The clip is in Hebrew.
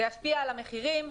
זה ישפיע על המחירים.